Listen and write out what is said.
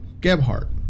Gebhardt